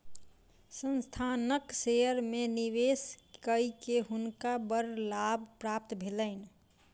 संस्थानक शेयर में निवेश कय के हुनका बड़ लाभ प्राप्त भेलैन